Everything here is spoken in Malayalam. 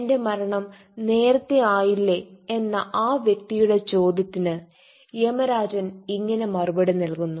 എന്റെ മരണം നേരത്തെ ആയില്ലേ എന്നെ ആ വ്യക്തിയുടെ ചോദ്യത്തിന് യമരാജൻ ഇങ്ങനെ മറുപടി നൽകുന്നു